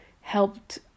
helped